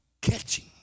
catching